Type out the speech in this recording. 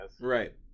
right